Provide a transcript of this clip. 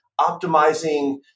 optimizing